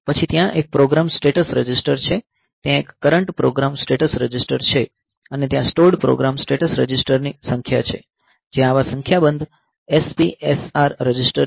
પછી ત્યાં એક પ્રોગ્રામ સ્ટેટસ રજિસ્ટર છે ત્યાં એક કરંટ પ્રોગ્રામ સ્ટેટસ રજિસ્ટર છે અને ત્યાં સ્ટોર્ડ પ્રોગ્રામ સ્ટેટસ રજિસ્ટરની સંખ્યા છે જ્યાં આવા સંખ્યાબંધ SPSR રજિસ્ટર છે